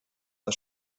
der